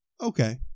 Okay